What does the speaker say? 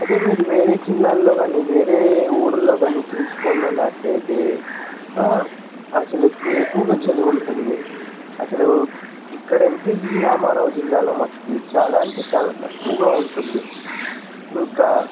అదే మీరు వేరే జిల్లాల్లో కాని వేరే ఊరుల్లో కాని చూసుకొనునట్టయితే అసలు ఎక్కువ ఎక్కువగా చలి ఉంటుంది అసలు ఇక్కడ ఎన్టిజి రామారావు జిల్లాల మట్టికి చాలా అంటే చాలా తక్కువగా ఉంటుంది ఇంకా